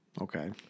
Okay